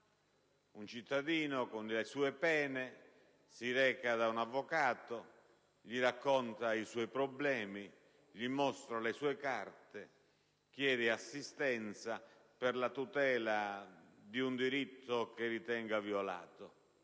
un cittadino con le sue pene si reca da un avvocato, gli racconta i suoi problemi, gli mostra le sue carte, chiede assistenza per la tutela di un diritto che ritenga violato.